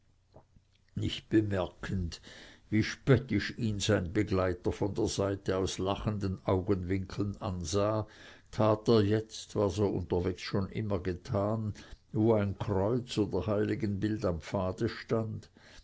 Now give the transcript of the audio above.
nicht bemerkend wie spöttisch ihn sein begleiter von der seite aus lachenden augenwinkeln ansah tat er jetzt was er unterwegs schon immer getan wo ein kreuz oder heiligenbild am pfade stand